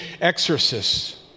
exorcists